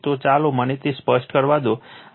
તો ચાલો મને તે સ્પષ્ટ કરવા દો તો આ ફિગર 4 છે